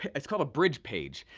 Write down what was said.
it's called a bridge page.